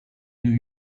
new